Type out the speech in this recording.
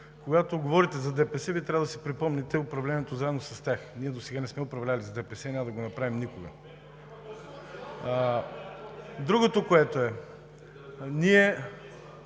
Когато говорите за ДПС, Вие трябва да си припомните управлението заедно с тях – ние досега не сме управлявали с ДПС и няма да го направим никога. (Шум и реплики.)